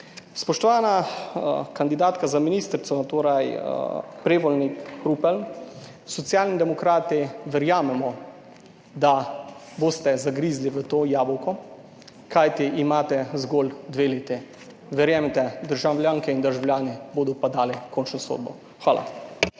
Spoštovana kandidatka za ministrico, torej Prevolnik Rupel, Socialni demokrati verjamemo, da boste zagrizli v to jabolko, kajti imate zgolj dve leti. Verjemite državljanke in državljani bodo pa dali končno sodbo. Hvala.